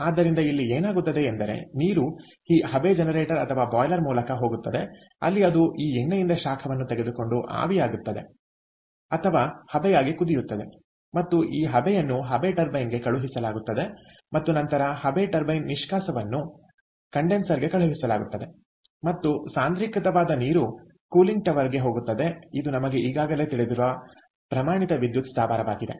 ಆದ್ದರಿಂದ ಇಲ್ಲಿ ಏನಾಗುತ್ತದೆ ಎಂದರೆ ನೀರು ಈ ಹಬೆ ಜನರೇಟರ್ ಅಥವಾ ಬಾಯ್ಲರ್ ಮೂಲಕ ಹೋಗುತ್ತದೆ ಅಲ್ಲಿ ಅದು ಈ ಎಣ್ಣೆಯಿಂದ ಶಾಖವನ್ನು ತೆಗೆದುಕೊಂಡು ಆವಿಯಾಗಿ ಆವಿಯಾಗುತ್ತದೆ ಅಥವಾ ಹಬೆಯಾಗಿ ಕುದಿಯುತ್ತದೆ ಮತ್ತು ಈ ಹಬೆಯನ್ನು ಹಬೆ ಟರ್ಬೈನ್ಗೆ ಕಳುಹಿಸಲಾಗುತ್ತದೆ ಮತ್ತು ನಂತರ ಹಬೆ ಟರ್ಬೈನ್ನ ನಿಷ್ಕಾಸವನ್ನು ಕಂಡೆನ್ಸರ್ಗೆ ಕಳುಹಿಸಲಾಗುತ್ತದೆ ಮತ್ತು ಸಾಂದ್ರೀಕೃತವಾದ ನೀರು ಕೂಲಿಂಗ್ ಟವರ್ಗೆ ಹೋಗುತ್ತದೆ ಇದು ನಮಗೆ ಈಗಾಗಲೇ ತಿಳಿದಿರುವ ಪ್ರಮಾಣಿತ ವಿದ್ಯುತ್ ಸ್ಥಾವರವಾಗಿದೆ